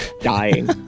dying